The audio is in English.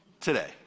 today